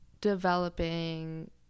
developing